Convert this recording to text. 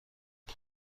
این